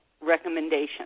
recommendation